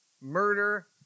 Murder